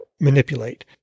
manipulate